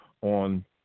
on